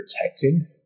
protecting